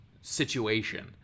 situation